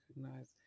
recognize